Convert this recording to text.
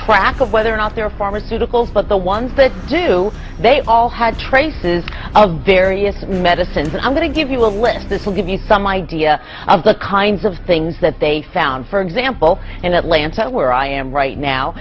track of whether or not there are pharmaceuticals but the ones that do they all had traces of various medicines and i'm going to give you a list this will give you some idea of the kinds of things that they found for example in atlanta where i am right now